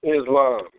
Islam